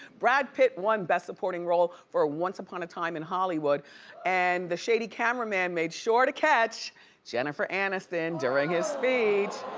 brad pitt won best supporting role for ah once upon a time in hollywood and the shady cameramen made sure to catch jennifer aniston during his speech. oh.